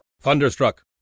Thunderstruck